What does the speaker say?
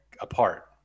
apart